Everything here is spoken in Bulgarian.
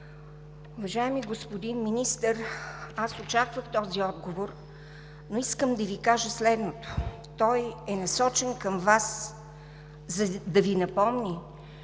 Уважаеми господин Министър, аз очаквах този отговор, но искам да Ви кажа следното. Той е насочен към Вас, за да Ви напомни,